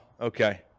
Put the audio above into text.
okay